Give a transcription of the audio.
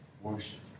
worship